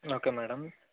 okay madam